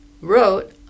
wrote